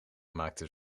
maakte